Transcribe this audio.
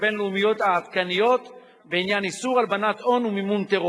הבין-לאומיות העדכניות בעניין איסור הלבנת הון ומימון טרור.